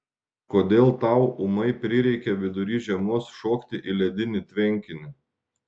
kodėl tau ūmai prireikė vidury žiemos šokti į ledinį tvenkinį